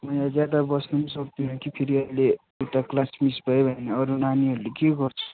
म यहाँ ज्यादा बस्नु पनि सक्दिनँ कि फेरि अहिले उता क्लास मिस भयो भने अरू नानीहरूले के गर्छ